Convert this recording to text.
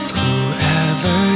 whoever